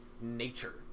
nature